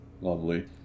Lovely